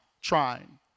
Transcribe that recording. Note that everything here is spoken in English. trying